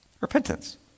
Repentance